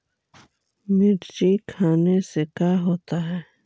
मिर्ची खाने से का होता है?